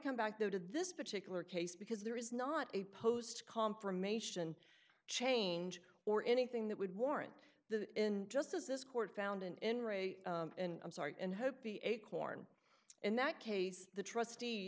come back though to this particular case because there is not a post confirmation change or anything that would warrant the in just as this court found in re and i'm sorry and hope the acorn in that case the trustee